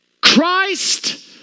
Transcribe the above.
Christ